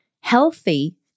healthy